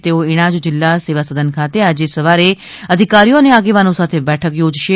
તેઓ ઇણાજ જિલ્લા સેવાસદન ખાતે આજે સવારે અધિકારીઓ અને આગેવાનો સાથે બેઠક થોજશે